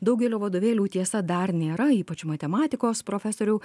daugelio vadovėlių tiesa dar nėra ypač matematikos profesoriau